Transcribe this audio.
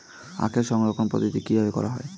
আখের সংরক্ষণ পদ্ধতি কিভাবে করা হয়?